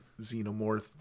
xenomorph